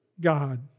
God